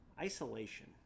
Isolation